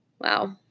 wow